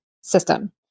system